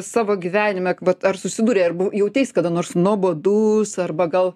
savo gyvenime vat ar susidūrei ar bu jauteis kada nors nuobodus arba gal